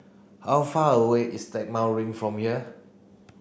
how far away is Stagmont Ring from here